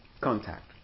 contact